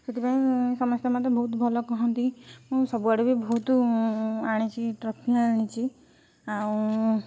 ସେଥିପାଇଁ ସମସ୍ତେ ମୋତେ ବହୁତ ଭଲ କହନ୍ତି ମୁଁ ସବୁଆଡ଼େ ବି ବହୁତ ଆଣିଚି ଟ୍ରଫି ଆଣିଛି